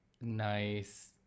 nice